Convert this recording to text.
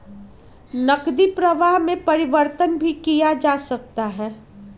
नकदी प्रवाह में परिवर्तन भी किया जा सकता है